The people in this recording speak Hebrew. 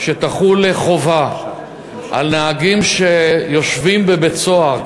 שתחול חובה על נהגים שיושבים בבית-הסוהר,